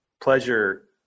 pleasure